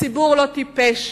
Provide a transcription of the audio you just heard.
הציבור לא טיפש.